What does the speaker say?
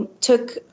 took